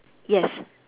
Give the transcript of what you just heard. yes